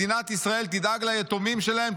מדינת ישראל תדאג ליתומים שלהם,